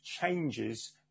changes